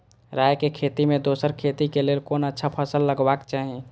राय के खेती मे दोसर खेती के लेल कोन अच्छा फसल लगवाक चाहिँ?